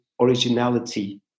originality